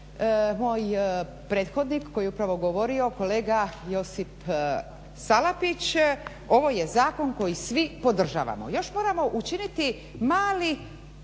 moj prethodnik koji je upravo govorio kolega Josip Salapić, ovo je zakon koji svi podržavamo. Još moramo učiniti mali